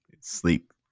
sleep